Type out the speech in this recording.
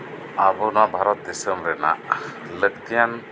ᱟᱵᱩ ᱱᱚᱣᱟ ᱵᱷᱟᱨᱚᱛ ᱫᱤᱥᱚᱢ ᱨᱮᱱᱟᱜ ᱞᱟᱹᱠᱛᱤᱭᱟᱱ